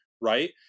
right